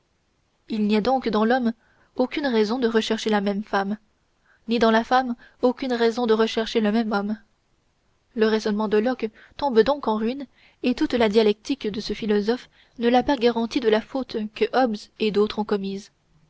il n'y a donc dans l'homme aucune raison de rechercher la même femme ni dans la femme aucune raison de rechercher le même homme le raisonnement de locke tombe donc en ruine et toute la dialectique de ce philosophe ne l'a pas garanti de la faute que hobbes et d'autres ont commise